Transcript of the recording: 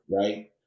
right